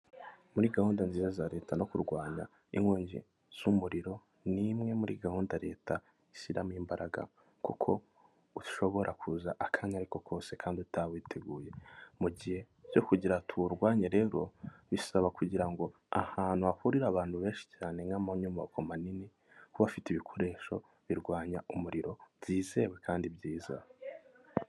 Muri gahunda nziza za leta no kurwanya inkongi z'umuriro ni imwe muri gahunda leta ishyiramo imbaraga, kuko ushobora kuza akanya ariko kose kandi utawiteguye, mu mugihe cyo kugira ngo tuwurwanye rero, bisaba kugira ngo ahantu hahurire abantu benshi cyane nk'amanyubako manini kuba bafite ibikoresho birwanya umuriro byizewe kandi byiza.